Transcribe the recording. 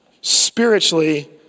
Spiritually